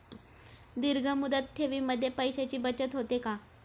दीर्घ मुदत ठेवीमध्ये पैशांची बचत होते का?